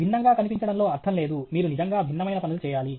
భిన్నంగా కనిపించడంలో అర్థం లేదు మీరు నిజంగా భిన్నమైన పనులు చేయాలి